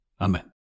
Amen